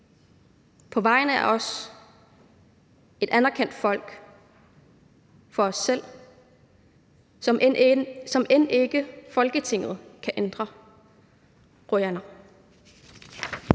På vegne af os, et anerkendt folk for os selv, som end ikke Folketinget kan ændre – qujanaq.